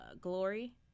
glory